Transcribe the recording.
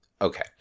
Okay